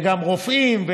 וגם רופאים,